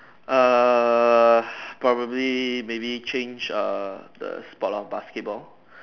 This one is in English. err probably maybe change err the sport lor basketball